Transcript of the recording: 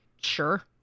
sure